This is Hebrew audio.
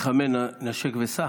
למתחמי "נשק וסע"?